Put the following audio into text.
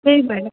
त्यही भएर